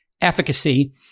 efficacy